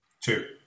Two